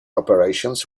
operations